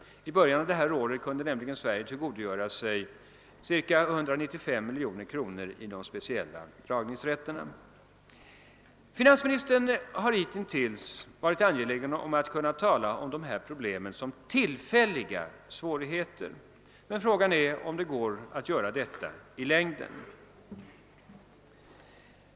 I början av detta år kunde Sverige nämligen tillgodogöra sig 195 miljoner kronor i de speciella dragningsrätterna. Finansministern har hitintills varit angelägen om att kunna tala om dessa problem som tillfälliga svårigheter, men frågan är om det går att göra detta i längden.